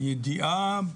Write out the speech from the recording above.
בידיעה,